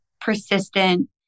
persistent